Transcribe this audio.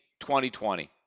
2020